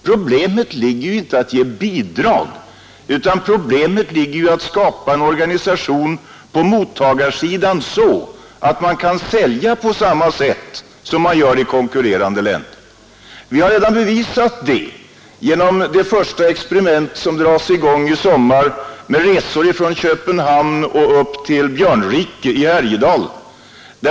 Problemet ligger inte i att ge bidrag, utan problemet ligger i att skapa en organisation på mottagarsidan så att man kan sälja på samma sätt som man gör i konkurrerande länder. Vi har redan bevisat att det går genom ett första experiment som dras i gång i sommar med resor från Köpenhamn upp till Björnrike i Härjedalen.